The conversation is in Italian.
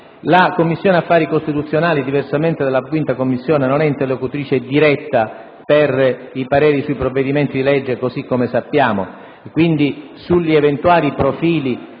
la Commissione affari costituzionali, diversamente dalla 5a Commissione, non è interlocutrice diretta per i pareri sui provvedimenti di legge e quindi sugli eventuali profili